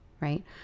right